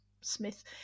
Smith